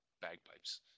bagpipes